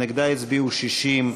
נגדה הצביעו 60,